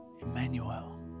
Emmanuel